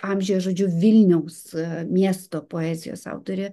amžiuje žodžiu vilniaus miesto poezijos autorė